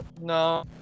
No